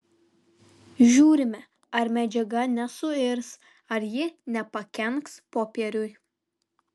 žiūrime ar medžiaga nesuirs ar ji nepakenks popieriui